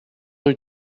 rue